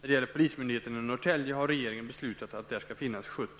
När det gäller polismyndigheten i Norrtälje har regeringen beslutat att där skall finnas 70